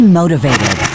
motivated